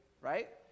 right